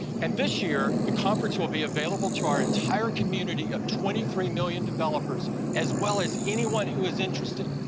and this year, the conference will be available to our entire community of twenty three million developers, as well as anyone who is interested,